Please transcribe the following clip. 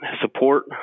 support